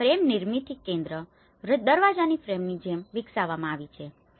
તેથી આ ફ્રેમ નિર્મિથી કેન્દ્ર દ્વારા દરવાજાની ફ્રેમની જેમ વિકસાવવામાં આવી છે